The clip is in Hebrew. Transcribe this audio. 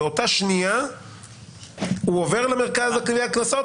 באותה שנייה הוא עובר למרכז לגביית קנסות